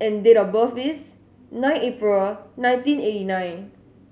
and date of birth is nine April nineteen eighty nine